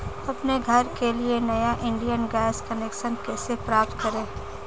अपने घर के लिए नया इंडियन गैस कनेक्शन कैसे प्राप्त करें?